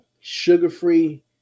Sugar-free